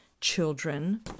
children